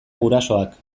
gurasoak